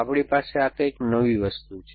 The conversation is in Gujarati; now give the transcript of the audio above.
આપણી પાસે આ કઈ નવી વસ્તુ છે